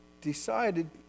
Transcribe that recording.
decided